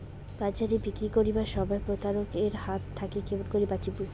বাজারে বিক্রি করিবার সময় প্রতারক এর হাত থাকি কেমন করি বাঁচিমু?